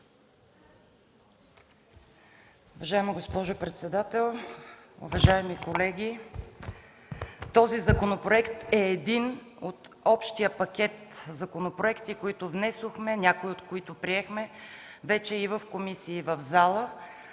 Уважаема госпожо председател, уважаеми колеги! Този законопроект е един от общия пакет законопроекти, които внесохме, някои от които приехме вече в комисии и в